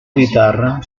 guitarra